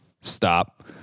Stop